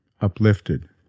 uplifted